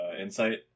insight